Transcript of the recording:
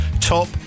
top